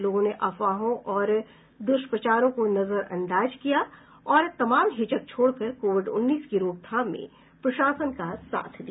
लोगों ने अफवाहों और दुष्प्रचारों को नजरअंदाज किया और तमाम हिचक छोड़कर कोविड उन्नीस की रोकथाम में प्रशासन का साथ दिया